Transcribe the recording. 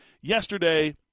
yesterday